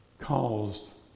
caused